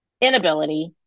inability